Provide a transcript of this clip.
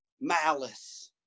malice